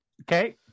okay